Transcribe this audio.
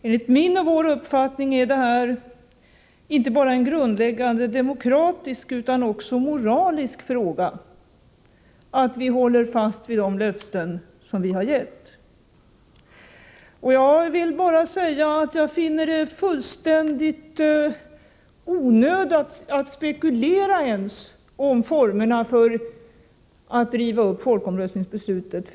Enligt vår uppfattning är det inte bara en grundläggande demokratisk fråga utan också en moralisk fråga att vi håller fast vid de löften som vi har gett. Jag vill bara säga att jag finner det fullständigt onödigt att ens spekulera om formerna för att riva upp folkomröstningsbeslutet.